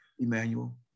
Emmanuel